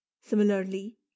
similarly